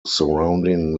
surrounding